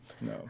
No